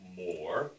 more